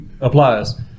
applies